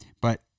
But-